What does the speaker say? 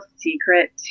secret